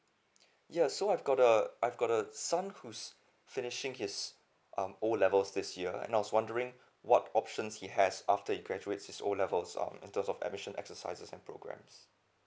ya so I've got a I've got a son who's finishing his um O levels this year and I was wondering what options he has after he graduate his O levels um in terms of admission exercise and programs